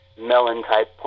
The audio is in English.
melon-type